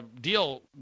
deal